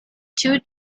two